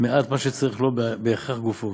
מעט מה שצריך לו בהכרח גופו,